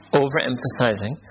overemphasizing